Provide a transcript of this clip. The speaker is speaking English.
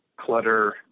clutter